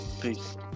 Peace